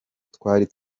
twari